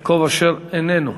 יעקב אשר איננו.